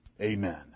Amen